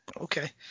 Okay